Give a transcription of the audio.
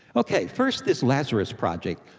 okay, first this lazarus project.